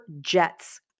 Jets